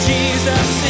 Jesus